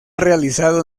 realizado